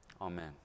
Amen